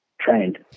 Trained